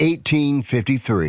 1853